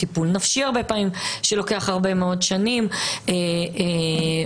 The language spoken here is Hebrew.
טיפול נפשי שלוקח הרבה מאוד שנים הארבה פעמים,